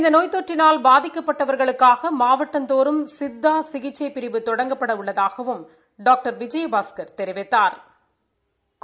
இந்த நோய் தொற்றினால் பாதிக்கப்படடவர்களுக்காக மாவட்டந்தோறும் சித்தா சிகிச்சை பிரிவு தொடங்கப்பட உள்ளதாகவும் டாக்டர் விஜயபாஸ்கள் தெரிவித்தாா்